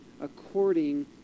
according